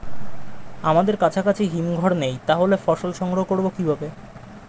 আমাদের কাছাকাছি হিমঘর নেই তাহলে ফসল সংগ্রহ করবো কিভাবে?